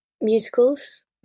musicals